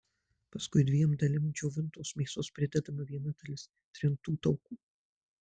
paskui dviem dalim džiovintos mėsos pridedama viena dalis trintų taukų